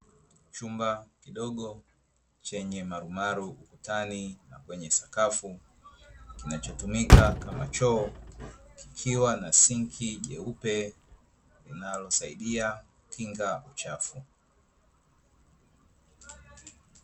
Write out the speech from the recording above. Chumba kidogo chenye marumaru ukutani na kwenye sakafu kinachotumika kama choo, kikiwa na sinki jeupe linalosaidia kukinga uchafu.